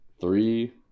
Three